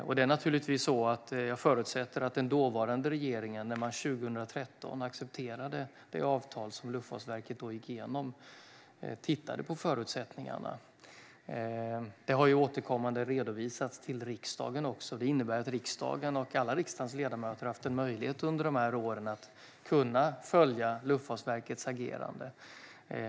Jag förutsätter naturligtvis att den dåvarande regeringen, när den 2013 accepterade det avtal som Luftfartsverket då gick igenom, tittade på förutsättningarna. Det har återkommande redovisats även för riksdagen. Detta innebär att riksdagen och alla dess ledamöter under dessa år har haft möjlighet att följa Luftfartsverkets agerande.